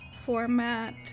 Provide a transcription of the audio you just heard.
format